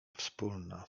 wspólna